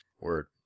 Word